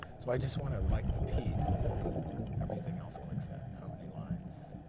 so i just want to like the piece and then everything else clicks in. how many lines,